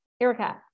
Erica